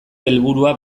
helburua